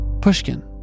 Pushkin